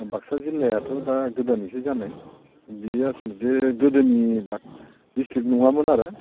बाक्सा जिल्लायाथ' दा गोदानैसो जानाय बियो आसल'थे गोदोनि डिसट्रिक नङामोन आरो